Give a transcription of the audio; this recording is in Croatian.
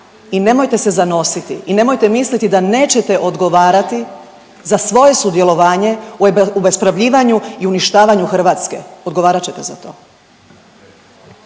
i nemojte se zanositi i nemojte misliti da nećete odgovarati za svoje sudjelovanje u obespravljivanju i uništavanju Hrvatske. Odgovarat ćete za to.